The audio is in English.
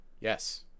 Yes